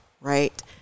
right